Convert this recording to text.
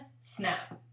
snap